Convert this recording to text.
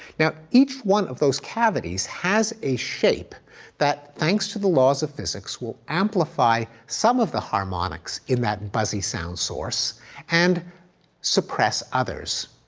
now, each one of those cavities has a shape that, thanks to the laws of physics, will amplify some of the harmonics in that buzzy sound source and suppress others.